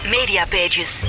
Mediapages